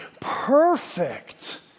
perfect